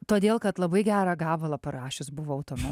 todėl kad labai gerą gabalą parašius buvau tuomet